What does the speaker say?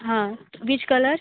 हाँ peach colour